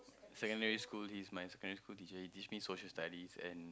secondary school he is my secondary school teacher he teach me Social Studies and